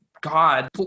God